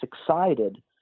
excited